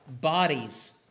Bodies